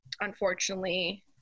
unfortunately